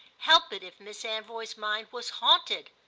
help it if miss anvoy's mind was haunted?